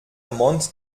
mond